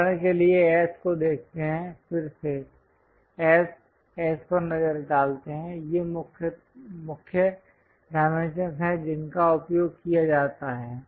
उदाहरण के लिए S को देखते हैं फिर से S S पर नजर डालते हैं ये मुख्य डाइमेंशंस हैं जिनका उपयोग किया जाता है